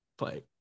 play